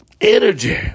Energy